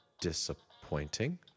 disappointing